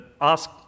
ask